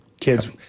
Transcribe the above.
kids